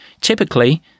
Typically